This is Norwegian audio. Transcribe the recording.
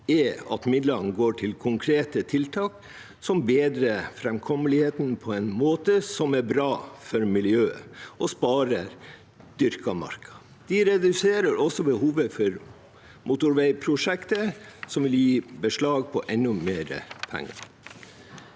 er at midlene går til konkrete tiltak som bedrer framkommeligheten på en måte som er bra for miljøet og sparer dyrket mark. De reduserer også behovet for motorveiprosjekter som vil legge beslag på enda mer penger.